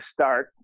start